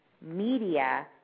media